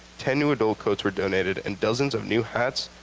ten new adult coats were donated. and dozens of new hats,